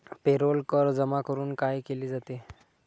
Payroll कर जमा करून काय केले जाते?